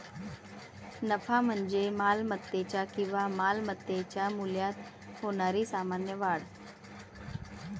नफा म्हणजे मालमत्तेच्या किंवा मालमत्तेच्या मूल्यात होणारी सामान्य वाढ